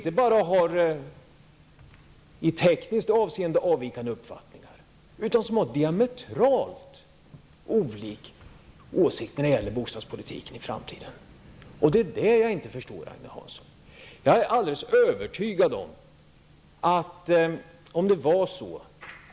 Dessa har en avvikande uppfattning inte bara i tekniskt avseende utan också också när det gäller den framtida bostadspolitiken. I det senare avseendet har man dessutom diametralt motsatt uppfattning.